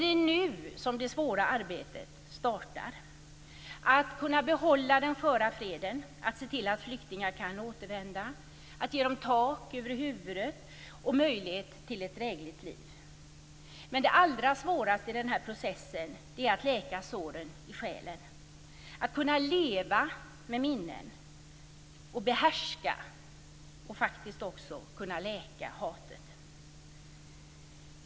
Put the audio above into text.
Det är nu som det svåra arbetet startar: att behålla den sköra freden, att se till att flyktingar kan återvända, att ge dem tak över huvudet och möjlighet till ett drägligt liv. Men det allra svåraste i den här processen är att läka såren i själen, att leva med minnen och att behärska och läka hatet.